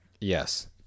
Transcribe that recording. Yes